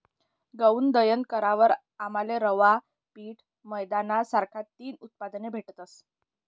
गऊनं दयन करावर आमले रवा, पीठ, मैदाना सारखा तीन उत्पादने भेटतस